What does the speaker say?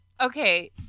Okay